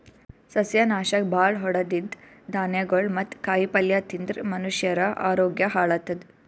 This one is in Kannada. ಸಸ್ಯನಾಶಕ್ ಭಾಳ್ ಹೊಡದಿದ್ದ್ ಧಾನ್ಯಗೊಳ್ ಮತ್ತ್ ಕಾಯಿಪಲ್ಯ ತಿಂದ್ರ್ ಮನಷ್ಯರ ಆರೋಗ್ಯ ಹಾಳತದ್